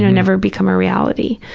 never become a reality.